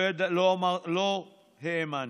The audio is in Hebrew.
לא האמנתם.